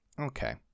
Okay